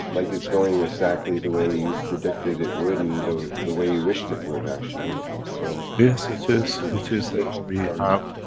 like it's going exactly the way you predicted it would, and the the way you wished it would actually so. yes it is, it is now we have,